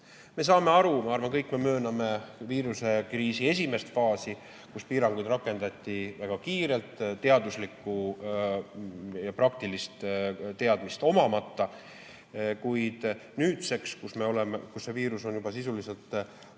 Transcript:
Me saame aru, ma arvan, kõik me mööname viirusekriisi esimest faasi, kus piiranguid rakendati väga kiirelt teaduslikku ja praktilist teadmist omamata. Kuid nüüdseks, kus see viirus on juba sisuliselt poolteist